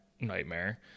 nightmare